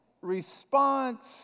Response